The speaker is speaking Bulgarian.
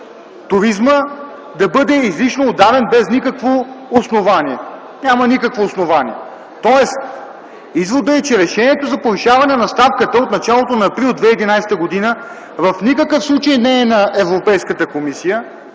туризмът, да бъде излишно ударен без никакво основание. Няма никакво основание! Тоест изводът е, че решението за повишаване на ставката от началото на месец април 2011 г. в никакъв случай не е на Европейската комисия,